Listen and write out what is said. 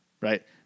Right